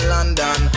London